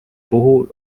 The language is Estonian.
puhul